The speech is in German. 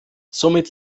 somit